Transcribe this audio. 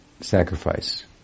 sacrifice